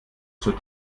zur